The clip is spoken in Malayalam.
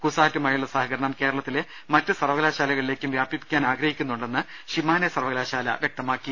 കുസാറ്റുമായുള്ള സഹകരണം കേരളത്തിലെ മറ്റ് സർവ്വകലാശാലകളിലേക്കും വ്യാപിപ്പിക്കാൻ ആഗ്രഹിക്കുന്നു ണ്ടെന്ന് ഷിമാനെ സർവ്വകലാശാലയും വൃക്തമാക്കി